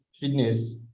fitness